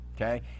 Okay